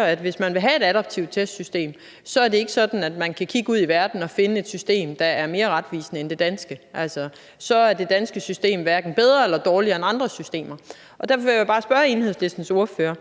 også, at hvis man vil have et adaptivt testsystem, er det ikke sådan, at man kan kigge ud i verden og finde et system, der er mere retvisende end det danske; altså så er det danske system hverken bedre eller dårligere end andre systemer. Derfor vil jeg bare spørge Enhedslistens ordfører: